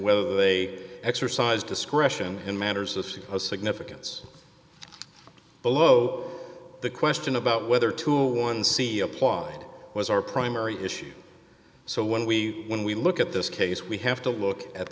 whether they exercise discretion in matters of significance below the question about whether to one see apply was our primary issue so when we when we look at this case we have to look at